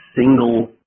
single